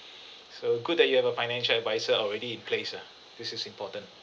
so good that you have a financial adviser already in place ah this is important